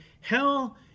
Hell